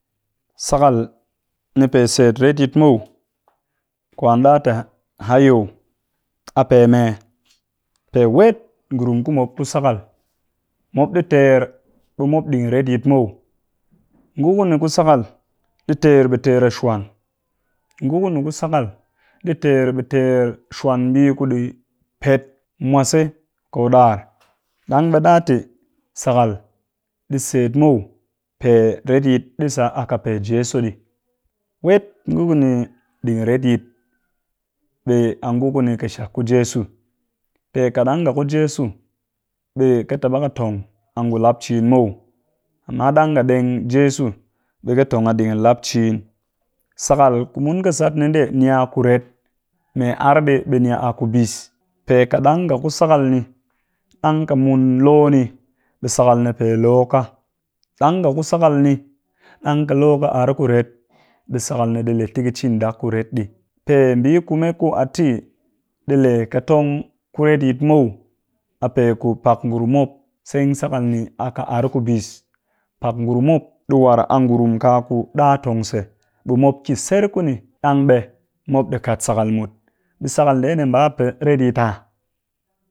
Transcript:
Sakal ni pe set retyit muw kwan ɗa tɨ a hayo! A pe mee? Pe wet ngurum ku mop ku sakal mop ɗi ter ɗigin retyit muw, ngu ku ni ku sakal ɗi ter ɓe di ter a shwan, ngu ku ni ku sakal ɗi ter ɓe ɗi ter shwan mu mbii ku ɗi pet mwase ko ɗar, ɗang ɓe ɗa tɨ sakal ɗi set muw pe retyit ɗi sa a ƙɨ pe jeso ɗii. Wet nguku ni ɗigin retyit ɓa ngu ku ni ƙɨshak ku jeso, pe kat ɗang nga ku jeso ɓe ƙɨ taba ƙɨ tong a ngu lap ciin muw, amma ɗang nga ɗeng jeso ɓe ƙɨ tong a ɗigin lap ciin. Sakal ku mun ƙɨ sat ni ndee ni kuret mee ar ɗi ɓe ni aku bis, pe kat ɗang nga ku sakal ni ɗang ƙɨ mun lo ni ɓe ɗi lo ka. Ɗang nga ku sakal ni ɗang ƙɨ lo ƙɨ ar ku ret ɓe sakal ni ɗi yet tɨ ƙɨ cin ɗak kuret ɗii. Pe mbii kume ku a tɨ ɗi le ƙɨ tong ko muw a pe ku pak ngurum mop seng sakal ni ƙɨ ar ku bis pak ngurum mop ɗi war a ngurum kaku ɗa tong se, ɓe mop ki ser ku ni dang be mop kat sakal mut, ɓe sakal ndee ɓa tet ku retyit ah?